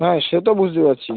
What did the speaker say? হ্যাঁ সে তো বুঝতে পারছি